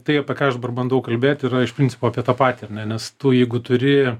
tai apie ką aš dabar bandau kalbėt yra iš principo apie tą patį ne nes tu jeigu turi